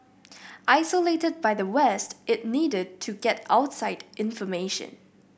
isolated by the West it needed to get outside information